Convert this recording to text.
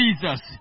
Jesus